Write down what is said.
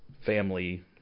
family